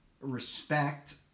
respect